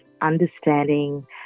understanding